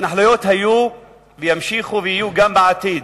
התנחלויות היו וימשיכו ויהיו גם בעתיד